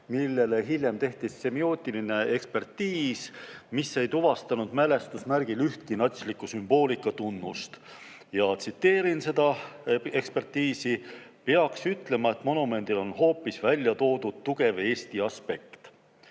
millele hiljem tehti semiootiline ekspertiis, mis ei tuvastanud mälestusmärgil ühtki natsliku sümboolika tunnust. Tsiteerin seda ekspertiisi: "Peaks ütlema, et monumendil on hoopis välja toodud tugev Eesti aspekt."